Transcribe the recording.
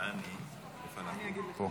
אברך אותך,